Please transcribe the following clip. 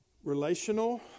relational